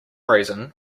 reason